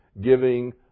giving